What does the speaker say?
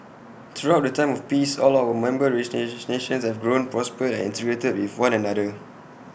throughout the time of peace all our member nations have grown prospered and integrated with one another